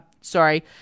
sorry